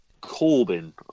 Corbin